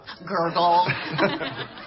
Gurgle